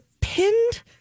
pinned